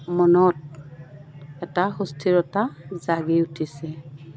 মনত এটা সুস্থিৰতা জাগি উঠিছে